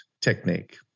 technique